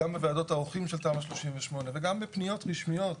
גם בוועדות האורחים של תמ"א 38 וגם בפניות רשמיות.